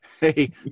Hey